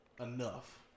Enough